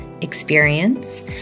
experience